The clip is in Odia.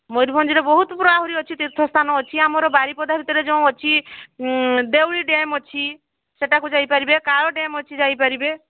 ମୟୂରଭଞ୍ଜରେ ବହୁତ ପୁରା ଆହୁରି ଅଛି ତୀର୍ଥ ସ୍ଥାନ ଅଛି ଆମର ବାରିପଦା ଭିତରେ ଯେଉଁ ଅଛି ଦେଉଳି ଡ୍ୟାମ୍ ଅଛି ସେଇଟାକୁ ଯାଇପାରିବେ କାଳ ଡ୍ୟାମ୍ ଅଛି ଯାଇପାରିବେ